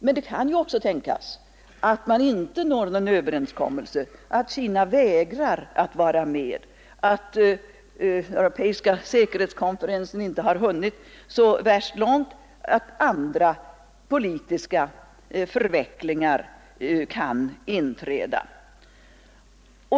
Men det kan ju också tänkas att man inte når någon överenskommelse, att Kina vägrar att vara med, att den europeiska säkerhetskonferensen inte har hunnit så värst långt, att andra politiska förvecklingar kan inträffa.